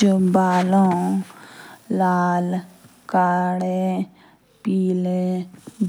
जो बाल ए लाल, कदे पाइल से